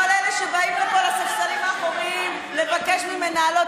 כל אלה שבאים לפה לספסלים האחוריים לבקש ממנהלות